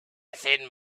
thin